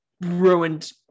ruined